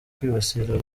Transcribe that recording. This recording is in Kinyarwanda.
kwibasira